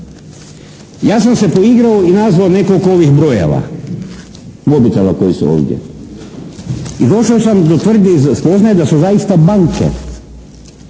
Ja sam se poigrao i nazvao nekoliko ovih brojeva, mobitela koji su ovdje i došao sam do tvrdnje i spoznaje da su zaista banke.